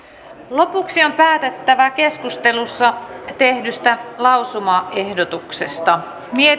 lopuksi on päätettävä keskustelussa tehdystä lausumaehdotuksesta